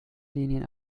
linien